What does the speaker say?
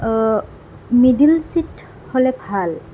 middle seat হ'লে ভাল